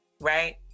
right